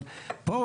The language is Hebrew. אבל פה,